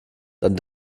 dann